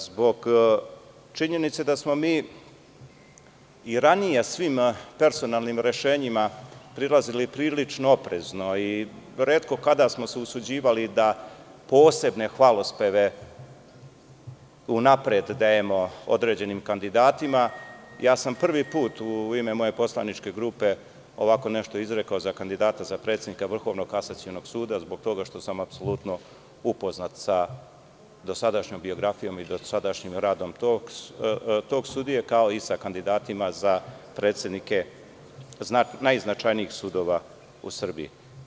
Zbog činjenice da smo mi i ranije svim personalnim rešenjima prilazili prilično oprezno, i retko kada smo se usuđivali da posebne hvalospeve unapred dajemo određenim kandidatima, prvi put sam u ime moje poslaničke grupe ovako nešto izrekao za kandidata za predsednika Vrhovnog kasacionog suda, zbog toga što sam apsolutno upoznat sa dosadašnjom biografijom i dosadašnjim radom tog sudije, kao i sa kandidatima za predsednike najznačajnijih sudova u Srbiji.